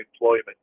employment